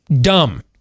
Dumb